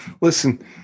listen